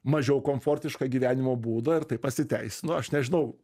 mažiau komfortišką gyvenimo būdą ir tai pasiteisino aš nežinau